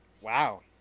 wow